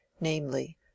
namely